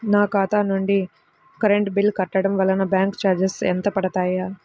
నా ఖాతా నుండి కరెంట్ బిల్ కట్టడం వలన బ్యాంకు చార్జెస్ ఎంత పడతాయా?